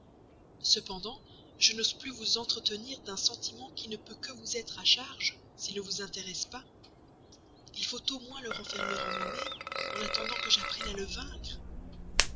cependant je n'ose plus vous entretenir d'un sentiment qui ne peut que vous être à charge s'il ne vous intéresse pas il faut au moins le renfermer en moi-même en attendant que j'apprenne à le vaincre